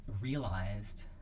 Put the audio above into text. realized